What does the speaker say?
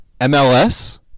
MLS